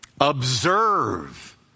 observe